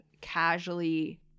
casually